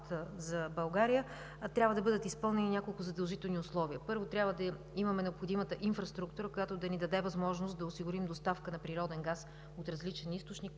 за България, трябва да бъдат изпълнени няколко задължителни условия. Първо, трябва да имаме необходимата инфраструктура, която да ни даде възможност да осигурим доставка на природен газ от различен източник,